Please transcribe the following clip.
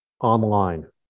online